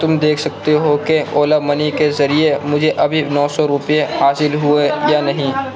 تم دیکھ سکتے ہو کہ اولا منی کے ذریعے مجھے ابھی نو سو روپیے حاصل ہوئے یا نہیں